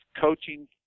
coaching